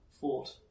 fought